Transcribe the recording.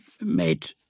made